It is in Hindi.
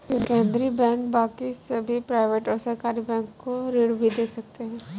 केन्द्रीय बैंक बाकी सभी प्राइवेट और सरकारी बैंक को ऋण भी दे सकते हैं